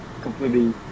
completely